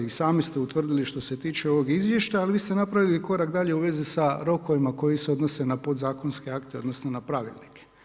I sami ste utvrdili što se tiče ovog izvještaja, ali vi ste napravili korak dalje u vezi sa rokovima koji se odnose na podzakonske akte odnosno na pravilnike.